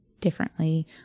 differently